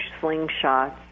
slingshots